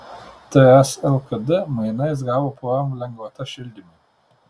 ts lkd mainais gavo pvm lengvatas šildymui